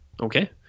Okay